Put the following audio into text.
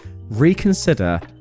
reconsider